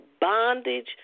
bondage